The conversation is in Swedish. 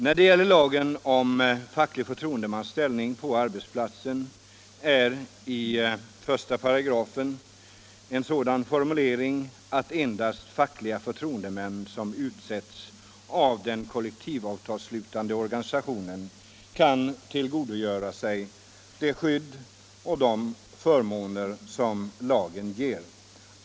När det gäller lagen om facklig förtroendemans ställning på arbetsplatsen har 1 § en sådan formulering att endast facklig förtroendeman som utsetts av den kollektivavtalsslutande organisationen kan tillgodogöra sig det skydd och de förmåner som lagen ger.